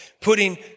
putting